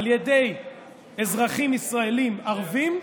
על ידי אזרחים ישראלים ערבים,